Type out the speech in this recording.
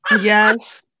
Yes